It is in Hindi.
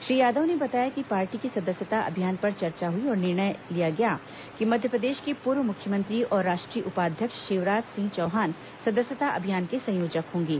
श्री यादव ने बताया कि पार्टी की सदस्यता अभियान पर चर्चा हुई और निर्णय लिया गया कि मध्यप्रदेश के पूर्व मुख्यमंत्री और राष्ट्रीय उपाध्यक्ष शिवराज सिंह चौहान सदस्यता अभियान के संयोजक होंगे